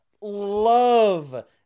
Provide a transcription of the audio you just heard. love